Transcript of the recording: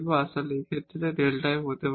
আসলে এই ক্ষেত্রে এটা Δ f হতে পারে